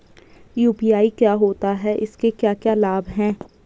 UPI क्या होता है इसके क्या क्या लाभ हैं?